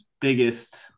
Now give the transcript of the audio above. biggest